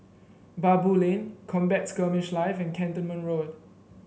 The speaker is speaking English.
Baboo Lane Combat Skirmish Live and Cantonment Road